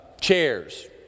chairs